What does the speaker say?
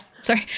Sorry